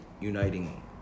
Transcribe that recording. uniting